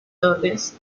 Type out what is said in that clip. torres